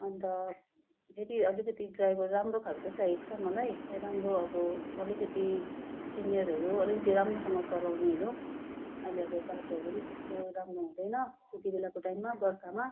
अन्त फेरि अलिकति ड्राइभर राम्रो खालको चाहिएको छ मलाई राम्रो अब अलिकति सिनियरहरू अलिकति राम्रोसँग चलाउनेहरू अहिले अब बाटोहरू पनि त्यस्तो राम्रो हुँदैन यति बेलाको टाइममा बर्खामा